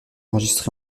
enregistré